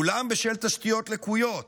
כולם בשל תשתיות לקויות,